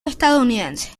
estadounidense